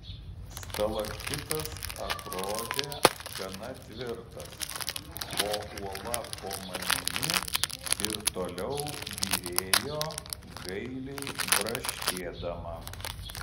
stalaktitas atrodė gana tvirtas o uola po manimi ir toliau byrėjo gailiai braškėdama